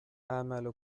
أعمل